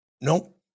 Nope